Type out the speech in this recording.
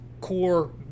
core